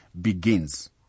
begins